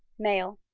male.